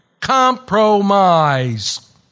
Compromise